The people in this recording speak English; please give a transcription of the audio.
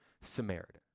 Samaritan